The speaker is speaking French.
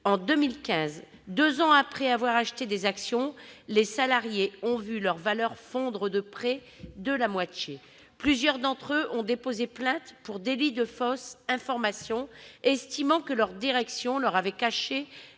En 2015, deux ans après avoir acheté des actions, les salariés ont vu la valeur de celles-ci fondre de près de la moitié. Plusieurs d'entre eux ont déposé plainte pour « délit de fausse information », estimant que leur direction leur avait caché